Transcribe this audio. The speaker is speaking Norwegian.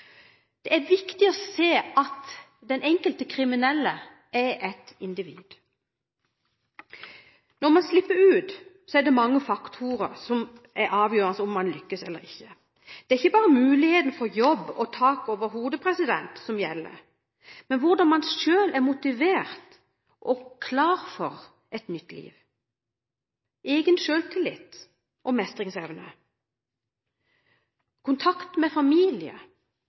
Det er viktig å se at den enkelte kriminelle er et individ. Når man slipper ut, er det mange faktorer som er avgjørende for om man lykkes eller ikke. Det er ikke bare mulighetene til jobb og tak over hodet som gjelder, men hvordan man selv er motivert og klar for et nytt liv, i tillegg til egen selvtillit og mestringsevne, kontakt med familie,